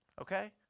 okay